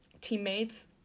teammates